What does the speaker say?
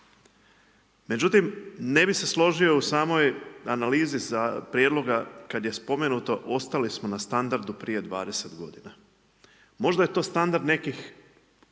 Međutim ne bi se složio u samoj analizi prijedloga kada je spomenuto ostali smo na standardu prije 20 godina. Možda je to standard nekih